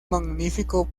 magnífico